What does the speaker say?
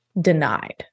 Denied